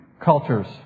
cultures